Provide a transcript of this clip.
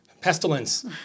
pestilence